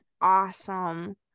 awesome